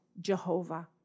Jehovah